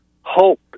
hope